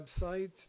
website